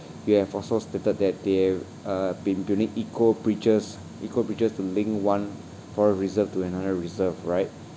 you have also stated that they're uh been building eco bridges eco bridges to link one from a reserve to another reserve right